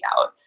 out